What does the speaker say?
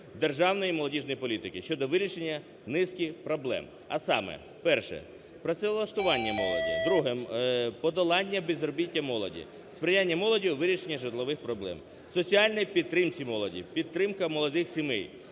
державної молодіжної політики щодо вирішення низки проблем. А саме: перше, працевлаштування молоді; друге, подолання безробіття молоді; сприяння молоддю вирішення житлових проблем в соціальній підтримці молоді; підтримка молодих сімей;